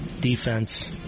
Defense